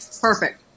Perfect